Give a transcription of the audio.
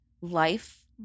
life